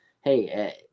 hey